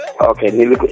Okay